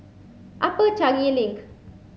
Upper Changi Link